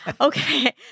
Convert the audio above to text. Okay